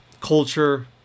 culture